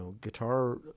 guitar